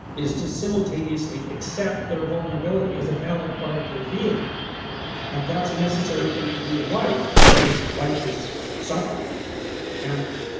is to simultaneously accept their vulnerability as a valid part of their being and that's a necessary thing to do in life, because life is suffering and